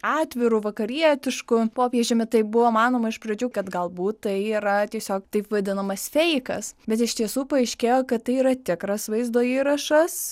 atviru vakarietišku popiežiumi taip buvo manoma iš pradžių kad galbūt tai yra tiesiog taip vadinamas feikas bet iš tiesų paaiškėjo kad tai yra tikras vaizdo įrašas